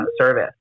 service